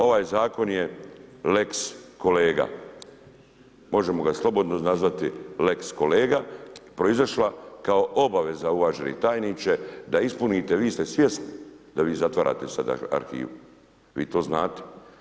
Ovaj Zakon je lex-kolega, možemo ga slobodno nazvati lex-kolega, proizašla kao obaveza, uvaženi tajniče, da ispunite, vi ste svjesni da vi zatvarate sada arhivu, vi to znate.